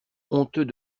honteux